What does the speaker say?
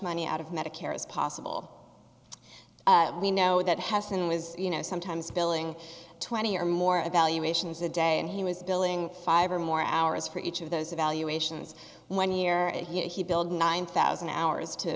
money out of medicare as possible we know that has been was you know sometimes billing twenty or more a valuation is a day and he was billing five or more hours for each of those evaluations one year and he billed nine thousand hours to